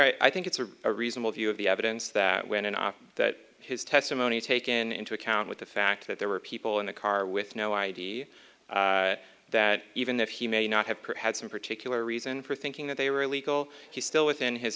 r i think it's a reasonable view of the evidence that when and that his testimony taken into account with the fact that there were people in the car with no idea that even if he may not have perhaps some particular reason for thinking that they were illegal he's still within his